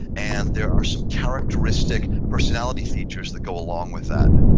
and there are some characteristic personality features that go along with that